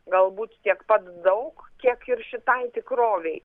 galbūt tiek pat daug kiek ir šitai tikrovei